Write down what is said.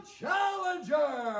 challenger